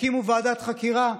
תקימו ועדת חקירה.